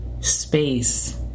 space